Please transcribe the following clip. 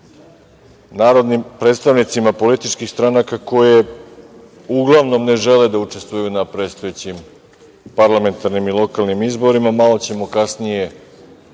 pred predstavnicima političkih stranaka koje uglavnom ne žele da učestvuju na predstojećim parlamentarnim i lokalnim izborima, a malo ćemo kasnije